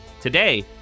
Today